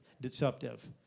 deceptive